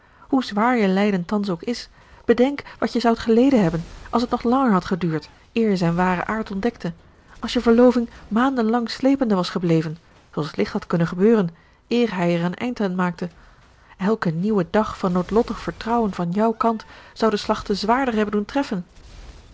hoe zwaar je lijden thans ook is bedenk wat je zoudt geleden hebben als het nog langer had geduurd eer je zijn waren aard ontdekte als je verloving maandenlang slepende was gebleven zooals licht had kunnen gebeuren eer hij er een eind aan maakte elke nieuwe dag van noodlottig vertrouwen van jouw kant zou den slag te zwaarder hebben doen treffen